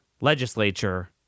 legislature